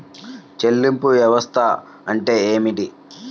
చెల్లింపు వ్యవస్థ అంటే ఏమిటి?